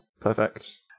Perfect